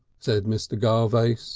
said mr. garvace.